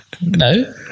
No